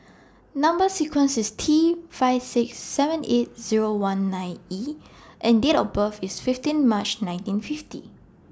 Number sequence IS T five six seven eight Zero one nine E and Date of birth IS fifteen March nineteen fifty